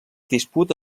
disputa